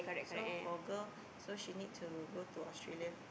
so for girl so she need to go to Australia